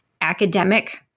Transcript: academic